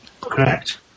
Correct